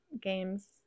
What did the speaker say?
games